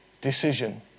decision